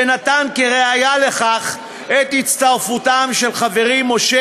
ונתן כראיה לכך את הצטרפותם של חברי משה